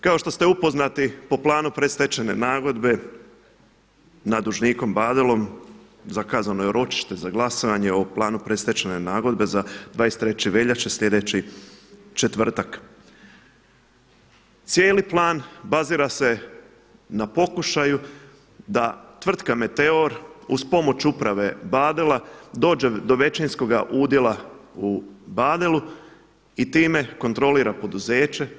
Kao što ste upoznati po planu predstečajne nagodbe, nad dužnikom Badelom zakazano je ročište za glasanje o planu predstečajne nagodbe za 23. veljače, sljedeći četvrtak, cijeli plan bazira se na pokušaju da tvrtka Meteor uz pomoć Uprave Badela dođe do većinskoga udjela u Badelu i time kontrolira poduzeće.